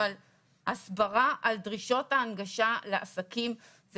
אבל הסברה על דרישות ההנגשה לעסקים זה